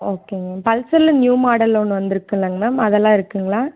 ஓகேங்க மேம் பல்சரில் நியூ மாடலில் ஒன்று வந்துருக்கல்லங்க மேம் அதெல்லாம் இருக்குங்களா